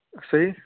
صحیح